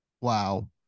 wow